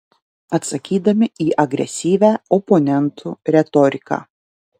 atsakydami į agresyvią oponentų retoriką